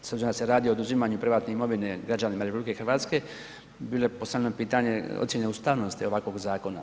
S obzirom da se radi o oduzimanju privatne imovine građanima RH bilo je postavljeno pitanje ocijene ustavnosti ovakvog zakona.